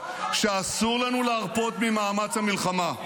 שאסור לנו להרפות ממאמץ המלחמה.